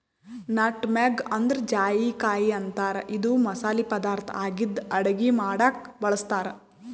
nutmeg ಅಂದ್ರ ಜಾಯಿಕಾಯಿ ಅಂತಾರ್ ಇದು ಮಸಾಲಿ ಪದಾರ್ಥ್ ಆಗಿದ್ದ್ ಅಡಗಿ ಮಾಡಕ್ಕ್ ಬಳಸ್ತಾರ್